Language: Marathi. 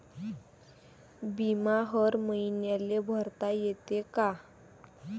बिमा हर मईन्याले भरता येते का?